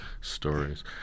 stories